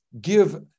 give